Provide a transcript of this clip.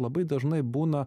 labai dažnai būna